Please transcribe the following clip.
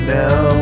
now